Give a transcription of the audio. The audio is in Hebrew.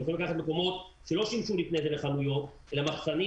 הם יכולים לקחת מקומות שלא שימשו לפני כן לחנויות אלא מחסנים